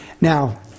now